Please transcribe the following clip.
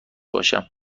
باشم